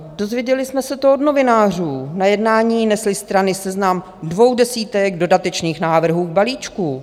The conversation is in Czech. Dozvěděli jsme se to od novinářů, na jednání nesly strany seznam dvou desítek dodatečných návrhů k balíčku.